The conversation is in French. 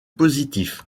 positif